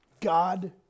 God